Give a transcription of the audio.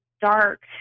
dark